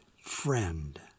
Friend